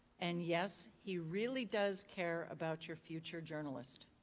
and, yes, he really does care about your future journalist.